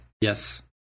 Yes